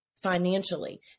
financially